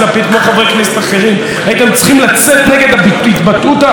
הייתם צריכים לצאת נגד ההתבטאות האומללה הזאת שבאה